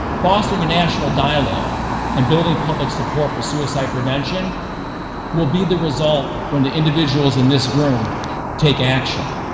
fostering a national dialogue and building public support for suicide prevention will be the result when the individuals in this room take action.